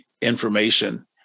information